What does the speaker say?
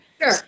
Sure